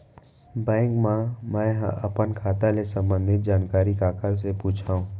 Bank मा मैं ह अपन खाता ले संबंधित जानकारी काखर से पूछव?